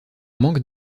manque